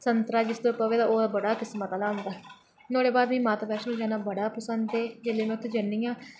संतरा जिसदे उप्पर पवै तां ओह् बड़ी गै किस्मत आह्ला होंदा नुहाड़े बाद भी माता वैष्णो देवी जाना बड़ा पसंद ऐ जेल्लै में उत्थें जन्नी आं